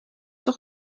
toch